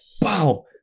wow